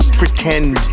pretend